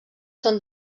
són